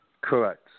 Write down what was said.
Correct